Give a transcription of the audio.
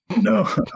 No